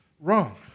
wrong